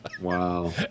Wow